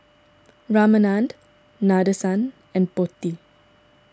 Ramanand Nadesan and Potti